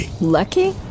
Lucky